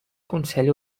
consell